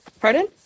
Pardon